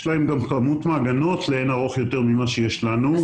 יש להם גם כמות מעגנות לאין ערוך יותר ממה שיש לנו.